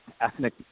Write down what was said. ethnic